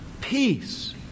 Peace